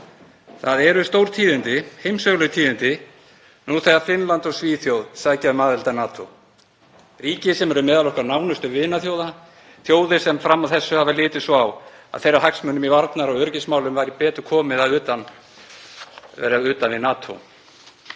Það eru stórtíðindi, heimssöguleg tíðindi, nú þegar Finnland og Svíþjóð sækja um aðild að NATO, ríki sem eru meðal okkar nánustu vinaþjóða, þjóðir sem fram að þessu hafa litið svo á að þeirra hagsmunum í varnar- og öryggismálum væri betur komið með því að vera utan við NATO.